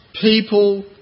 people